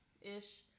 ish